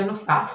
בנוסף,